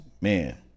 man